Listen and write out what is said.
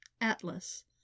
Atlas